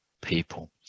people